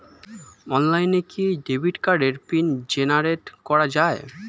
অনলাইনে কি ডেবিট কার্ডের পিন জেনারেট করা যায়?